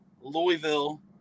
Louisville